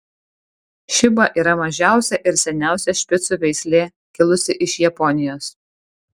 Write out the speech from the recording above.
šiba yra mažiausia ir seniausia špicų veislė kilusi iš japonijos